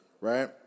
right